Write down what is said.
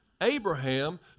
Abraham